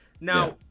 Now